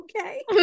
Okay